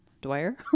Dwyer